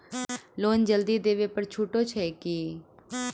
Loan जल्दी देबै पर छुटो छैक की?